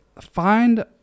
find